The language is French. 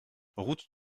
route